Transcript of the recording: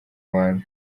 rwanda